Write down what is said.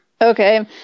Okay